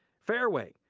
fareway,